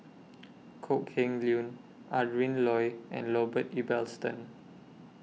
Kok Heng Leun Adrin Loi and Robert Ibbetson